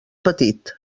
petit